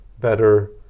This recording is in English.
better